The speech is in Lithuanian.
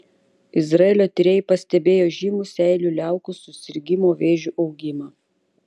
izraelio tyrėjai pastebėjo žymų seilių liaukų susirgimo vėžiu augimą